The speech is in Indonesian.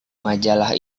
majalah